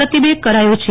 પ્રતીબેગ કરાયો છે